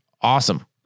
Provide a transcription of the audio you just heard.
Awesome